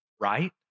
right